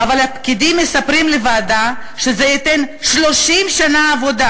אבל הפקידים מספרים לוועדה שזה ייתן 30 שנה עבודה,